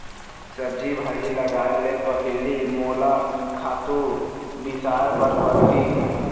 सब्जी भाजी लगाए ले पहिली मोला खातू बिसाय बर परही